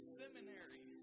seminary